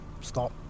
stop